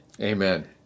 Amen